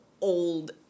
old